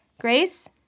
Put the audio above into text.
Grace